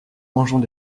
mangeons